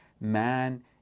Man